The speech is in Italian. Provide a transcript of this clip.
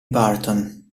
burton